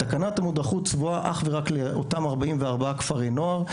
תקנת המודרכות צבועה אך ורק לאותם 44 כפרי נוער,